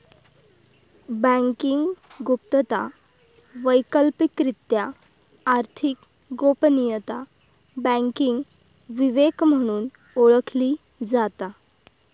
banking गुप्तता, वैकल्पिकरित्या आर्थिक गोपनीयता, बँकिंग विवेक म्हणून ओळखली जाता